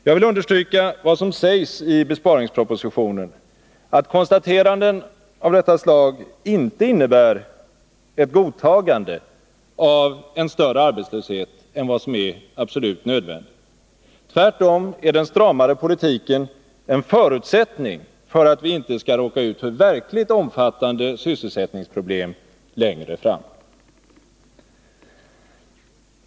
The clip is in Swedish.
Jag vill understryka vad som sägs i besparingspropositionen, att konstateranden av detta slag inte innebär ett godtagande av en större arbetslöshet än vad som är absolut nödvändigt. Tvärtom är den stramare politiken en förutsättning för att vi inte skall råka ut för verkligt omfattande sysselsättningsproblem längre fram.